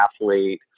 athlete